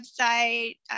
website